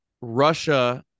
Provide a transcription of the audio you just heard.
Russia